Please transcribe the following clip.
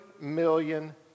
million